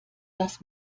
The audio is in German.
das